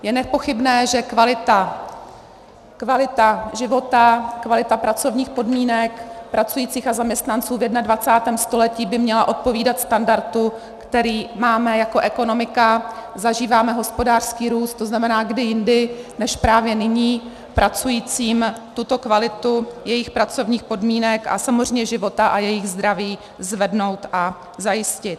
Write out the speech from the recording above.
Je nepochybné, že kvalita života, kvalita pracovních podmínek pracujících a zaměstnanců v 21. století by měla odpovídat standardu, který máme jako ekonomika, zažíváme hospodářský růst, to znamená, kdy jindy než právě nyní pracujícím tuto kvalitu jejich pracovních podmínek a samozřejmě života a jejich zdraví zvednout a zajistit.